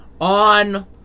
on